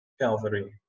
Calvary